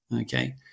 okay